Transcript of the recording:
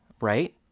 right